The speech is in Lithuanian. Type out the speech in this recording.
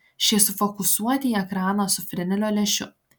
šie sufokusuoti į ekraną su frenelio lęšiu